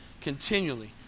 continually